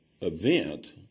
event